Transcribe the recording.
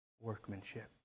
workmanship